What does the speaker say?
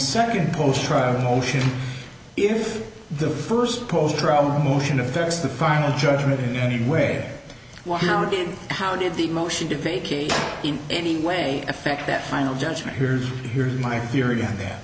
second post trial motions if the first post or our motion affects the final judgment in any way well how did how did the motion to fake it in any way affect that final judgment here's here's my theory and th